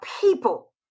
people